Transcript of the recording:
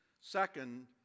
Second